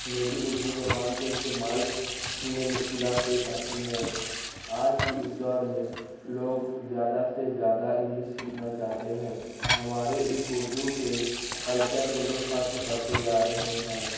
میں بھی اردو زبان کے استعمال میں مشکلات پیش آتی ہے آج کے اس دور میں لوگ زیادہ سے زیادہ انگلش سیکھنا چاہتے ہیں ہمارے اس اردو کے کلچر کو لوگ ختم کرتے جا رہے ہیں